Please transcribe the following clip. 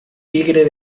tigre